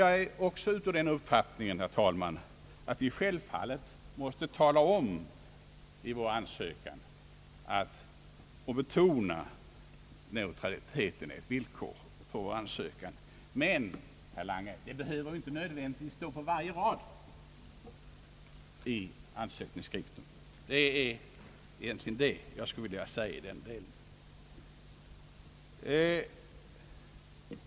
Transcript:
Jag har också, herr talman, den uppfattningen att vi självfallet i vår ansökan måste klargöra och betona att neutraliteten är ett villkor för vårt medlemskap. Men, herr Lange, detta behöver inte nödvändigtvis framhållas på varje rad i ansökningshandlingen! Det är endast detta jag vill framhålla i denna del.